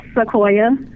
Sequoia